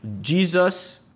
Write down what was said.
Jesus